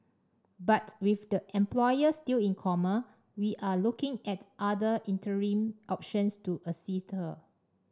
but with the employer still in coma we are looking at other interim options to assist them